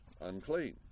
unclean